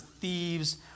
thieves